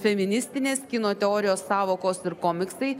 feministinės kino teorijos sąvokos ir komiksai